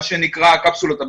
מה שנקרא הקפסולות,